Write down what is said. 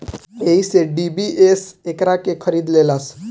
एही से डी.बी.एस एकरा के खरीद लेलस